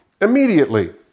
immediately